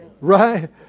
Right